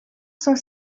cent